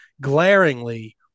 Glaringly